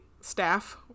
staff